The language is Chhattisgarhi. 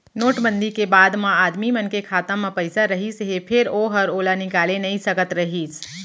नोट बंदी के बाद म आदमी मन के खाता म पइसा रहिस हे फेर ओहर ओला निकाले नइ सकत रहिस